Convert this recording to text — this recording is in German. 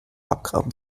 abgraben